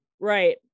Right